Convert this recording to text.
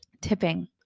Tipping